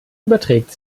überträgt